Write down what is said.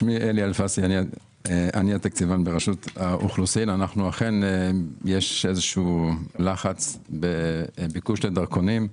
אנו אכן יש לחץ בביקוש לדרכונים.